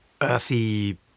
earthy